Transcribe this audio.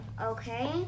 Okay